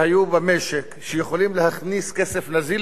שיכולות להכניס כסף נזיל לתקציב המדינה ואז